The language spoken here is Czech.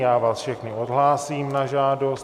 Já vás všechny odhlásím na žádost.